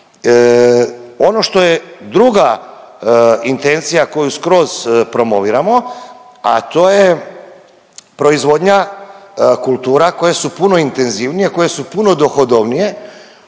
Ono što je druga intencija koju skroz promoviramo, a to je proizvodnja kultura koje su puno intenzivnije, koje su puno dohodovnije,